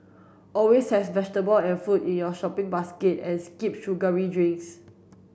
always has vegetable and fruit in your shopping basket and skip sugary drinks